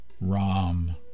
Ram